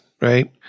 right